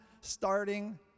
starting